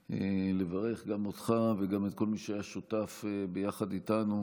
ולברך גם אותך וגם את כל מי שהיה שותף יחד איתנו